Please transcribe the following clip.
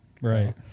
right